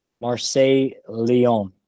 Marseille-Lyon